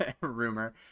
Rumor